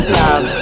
love